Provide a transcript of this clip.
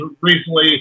recently